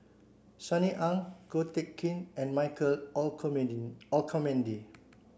Sunny Ang Ko Teck Kin and Michael Olcomendy